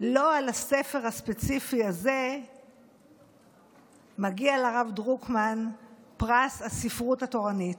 לא על הספר הספציפי הזה מגיע לרב דרוקמן פרס הספרות התורנית,